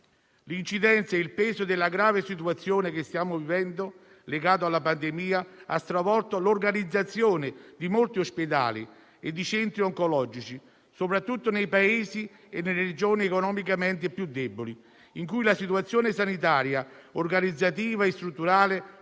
L'incidenza e il peso della grave situazione che stiamo vivendo, legata alla pandemia, ha stravolto l'organizzazione di molti ospedali e dei centri oncologici, soprattutto nei paesi e nelle Regioni economicamente più deboli, in cui la situazione sanitaria, organizzativa e strutturale